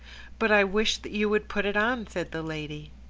but i wish that you would put it on, said the lady.